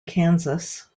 kansas